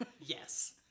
Yes